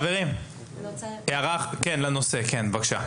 הערה לנושא, בבקשה.